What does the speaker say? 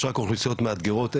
יש רק אוכלוסיות מאתגרות,